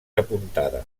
apuntada